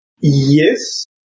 Yes